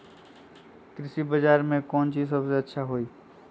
कृषि बजार में कौन चीज सबसे अच्छा होई?